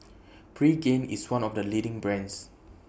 Pregain IS one of The leading brands